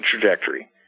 trajectory